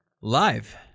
live